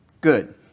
Good